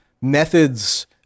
methods